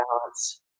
balance